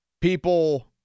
people